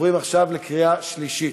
הפחד שלי הוא כשמחליטים לקטוע את הרצף,